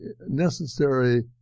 necessary